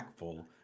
impactful